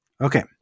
Okay